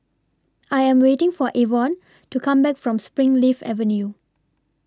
I Am waiting For Evon to Come Back from Springleaf Avenue